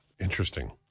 Interesting